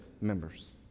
members